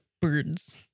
birds